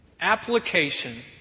Application